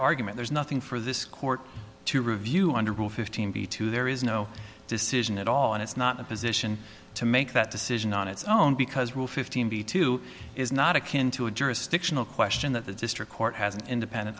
argument there's nothing for this court to review under rule fifteen b two there is no decision at all and it's not a position to make that decision on its own because rule fifteen b two is not akin to a jurisdictional question that the district court has an independent